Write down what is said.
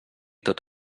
tot